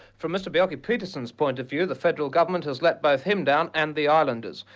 from mr bjelke-petersen's point of view, the federal government has let both him down and the islanders.